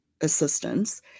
assistance